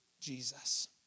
Jesus